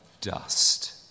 dust